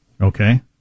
Okay